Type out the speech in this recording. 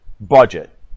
budget